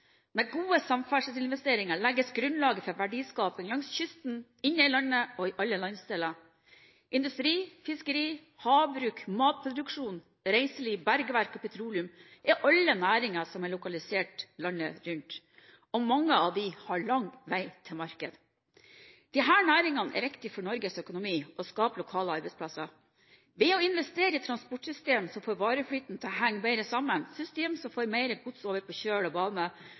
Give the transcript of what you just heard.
Med gode samferdselsinvesteringer legges grunnlaget for verdiskaping langs kysten, inne i landet og i alle landsdeler. Industri, fiskeri, havbruk, matproduksjon, reiseliv, bergverk og petroleum er alle næringer som er lokalisert landet rundt, og mange av dem har lang vei til markeder. Disse næringene er viktige for Norges økonomi og skaper lokale arbeidsplasser. Ved å investere i transportsystemer som får vareflyten til å henge bedre sammen, systemer som får mer gods over på kjøl og bane,